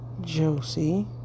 Josie